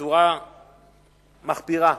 בצורה מחפירה,